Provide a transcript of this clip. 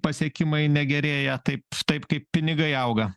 pasiekimai negerėja taip taip kaip pinigai auga